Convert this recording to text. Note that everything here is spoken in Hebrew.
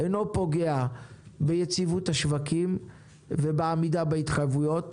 אינו פוגע ביציבות השווקים ובעמידה בהתחייבויות,